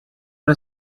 una